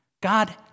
God